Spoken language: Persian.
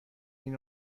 این